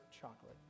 chocolate